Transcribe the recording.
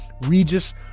Regis